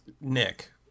Nick